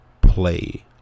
play